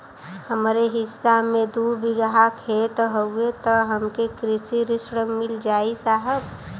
हमरे हिस्सा मे दू बिगहा खेत हउए त हमके कृषि ऋण मिल जाई साहब?